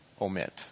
omit